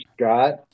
Scott